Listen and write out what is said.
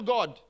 God